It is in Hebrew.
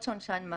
מוות,